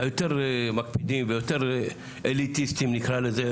היותר מקפידים ויותר אליטיסטים נקרא לזה,